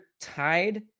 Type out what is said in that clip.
tied